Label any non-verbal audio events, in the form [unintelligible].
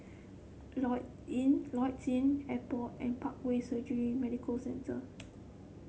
Lloyds Inn [unintelligible] [unintelligible] Airport and Parkway Surgery Medical Centre